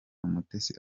umutesi